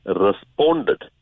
responded